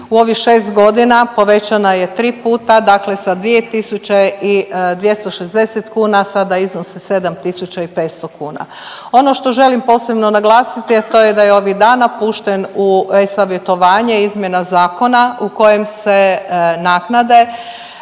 U ovih šest godina povećana je tri puta, dakle sa 2260 kuna sada iznosi 7500 kuna. Ono što želim posebno naglasiti, a to je da je ovih dana pušten u e-savjetovanje izmjena zakona u kojem se naknade